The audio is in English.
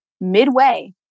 midway